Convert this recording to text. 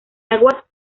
aguas